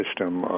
system